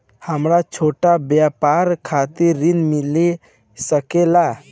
हमरा छोटा व्यापार खातिर ऋण मिल सके ला?